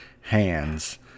hands